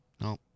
no